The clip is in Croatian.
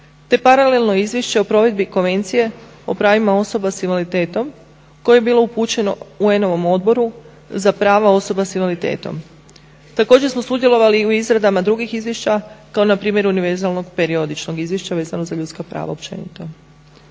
te paralelno izvješće o provedbi Konvencije o pravima osoba sa invaliditetom koje je bilo upućeno UN-ovom Odboru za prava osoba sa invaliditetom. Također smo sudjelovali u izradama i drugih izvješća kao na primjer univerzalnog periodičnog izvješća vezano za ljudska prava općenito.